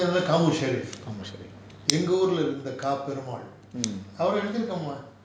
கா Mu mu sheriff mm